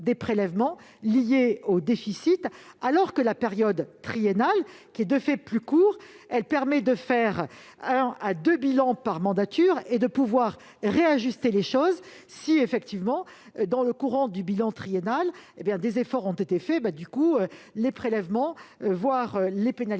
des prélèvements liés au déficit, alors que la période triennale est, de fait, plus courte. Cette dernière permet de faire deux bilans par mandature et de pouvoir réajuster les choses si, dans le courant du bilan triennal, des efforts ont été faits. De ce fait, les prélèvements, voire les pénalités,